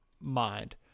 Mind